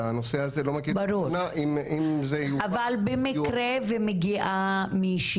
כפי שאמרתי זה בהחלט מעלה חשד,